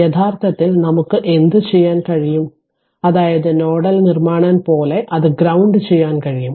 യഥാർത്ഥത്തിൽ നമുക്കു എന്തു ചെയ്യാൻ കഴിയും അതായത് നോഡൽ നിർമ്മാണം പോലെ അത് ഗ്രൌണ്ട് ചെയ്യാൻ കഴിയും